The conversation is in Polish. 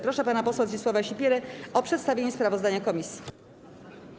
Proszę pana posła Zdzisława Sipierę o przedstawienie sprawozdania komisji.